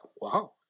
wow